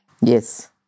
Yes